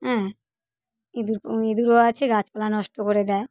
হ্যাঁ ইঁদুর ইঁদুরও আছে গাছপালা নষ্ট করে দেয়